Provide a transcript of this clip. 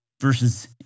versus